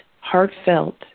heartfelt